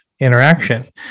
interaction